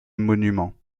monuments